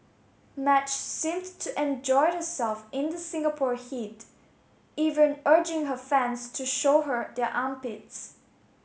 Madge seemed to enjoy herself in the Singapore heat even urging her fans to show her their armpits